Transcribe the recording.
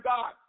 God